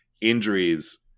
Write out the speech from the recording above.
injuries